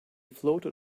floated